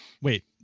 Wait